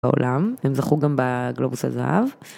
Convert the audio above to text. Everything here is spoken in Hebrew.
בעולם, הם זכו גם בגלובוס הזהב.